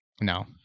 No